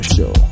Show